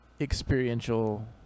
experiential